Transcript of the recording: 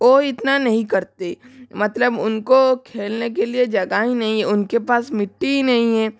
वो इतना नहीं करते मतलब उनको खेलने के लिए जगह ही नहीं हैउनके पास मिट्टी ही नहीं है